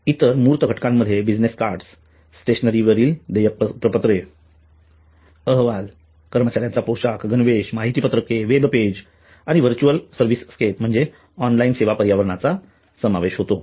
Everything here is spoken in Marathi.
इतर मूर्त घटकांमध्ये बिझनेस कार्ड्स स्टेशनरी देयक प्रपत्रे अहवाल कर्मचाऱ्याचा पोशाख गणवेश माहितीपत्रके वेब पेज आणि व्हर्च्युअल सर्व्हिसस्केप म्हणजेच ऑनलाइन सेवा पर्यावरणाचा समावेश होतो